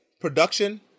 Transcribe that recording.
production